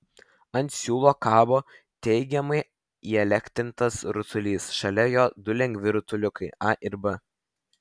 ant siūlo kabo teigiamai įelektrintas rutulys šalia jo du lengvi rutuliukai a ir b